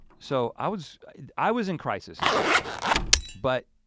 so i was i was in crisis at this point but